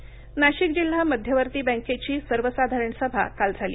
बैठक नाशिक जिल्हा मध्यवर्ती बँकेची सर्वसाधारण सभा काल झाली